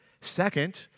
Second